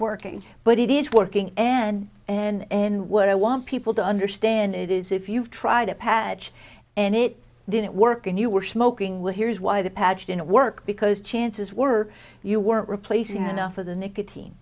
working but it is working and and what i want people to understand it is if you've tried a patch and it didn't work and you were smoking will here's why the pageant work because chances were you weren't replacing enough of the nicotine